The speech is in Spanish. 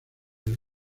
del